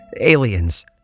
aliens